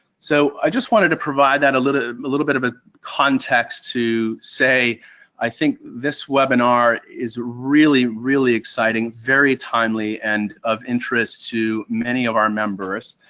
so i just wanted to provide that, a little ah little bit of ah context to say i think this webinar is really, really exciting very timely and of interest to many of our members.